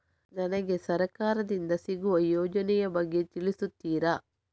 ನನಗೆ ಸರ್ಕಾರ ದಿಂದ ಸಿಗುವ ಯೋಜನೆ ಯ ಬಗ್ಗೆ ತಿಳಿಸುತ್ತೀರಾ?